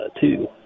two